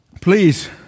Please